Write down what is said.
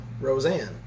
Roseanne